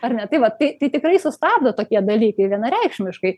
ar ne tai vat tai tikrai sustabdo tokie dalykai vienareikšmiškai